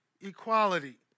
equality